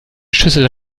schüssel